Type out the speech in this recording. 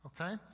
okay